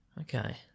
okay